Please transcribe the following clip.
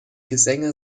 gesänge